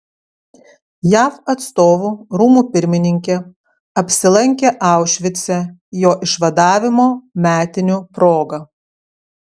jav atstovų rūmų pirmininkė apsilankė aušvice jo išvadavimo metinių proga